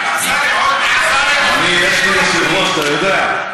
יש לי יושב-ראש, אתה יודע.